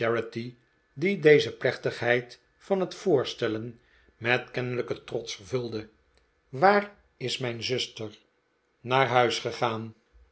die deze plechtigheid van het voorstellen met kennelijken trots vervulde waar is mijn zuster naar huis gegaan